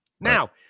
Now